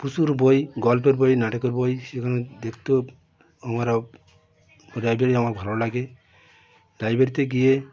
প্রচুর বই গল্পের বই নাটকের বই সেখানে দেখতেও আমার লাইব্রেরি আমার ভালো লাগে লাইব্রেরিতে গিয়ে